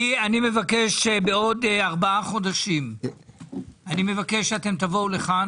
אני מבקש בעוד ארבעה חודשים שתבואו לכאן